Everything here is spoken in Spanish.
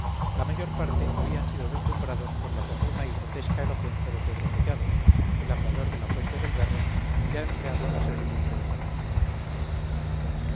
la mayor parte habían sido deslumbrados por la perruna y grotesca elocuencia de pedro collado el aguador de la fuente del berro ya empleado en la servidumbre de fernando